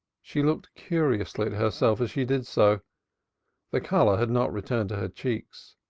she looked curiously at herself as she did so the color had not returned to her cheeks.